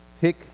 pick